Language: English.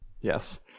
Yes